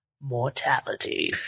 mortality